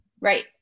Right